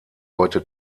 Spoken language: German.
heute